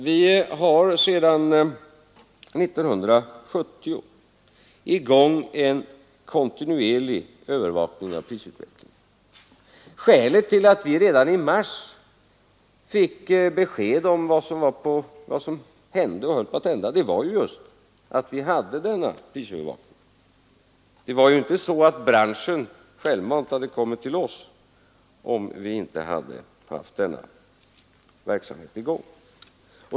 Vi har sedan 1970 en kontinuerlig övervakning av prisutvecklingen i gång. Skälet till att vi redan i mars fick besked om vad som höll på att hända var just att vi hade denna prisövervakning. Det var ju inte så att branschen självmant hade kommit till oss, om vi inte haft denna verksamhet i gång.